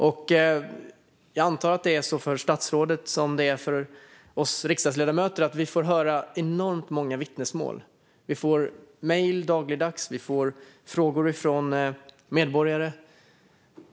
Jag antar att det är så för statsrådet som det är för oss riksdagsledamöter - vi får höra enormt många vittnesmål. Vi får mejl dagligdags. Vi får frågor från medborgare.